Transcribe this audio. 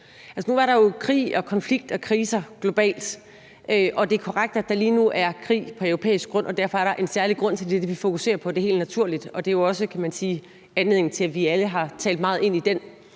nu er der jo krig, konflikt og kriser globalt, og det er korrekt, at der lige nu er krig på europæisk grund, og at derfor er der en særlig grund til, at det er det, vi fokuserer på; det er helt naturligt. Det er jo også anledningen til, at vi alle har talt meget ind i den